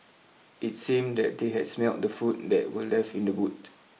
it seemed that they had smelt the food that were left in the boot